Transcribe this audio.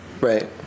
Right